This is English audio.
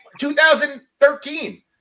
2013